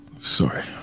Sorry